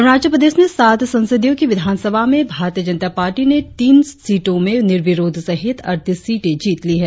अरुणाचल प्रदेश में साठ सदस्यों की विधानसभा में भारतीय जनता पार्टी ने तीन सीटों में निर्विरोध सहित अड़तीस सीटे जीत ली है